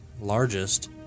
largest